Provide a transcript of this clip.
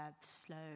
slow